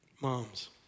Moms